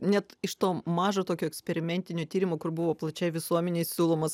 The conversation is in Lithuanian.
net iš to mažo tokio eksperimentinio tyrimo kur buvo plačiai visuomenei siūlomas